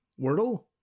Wordle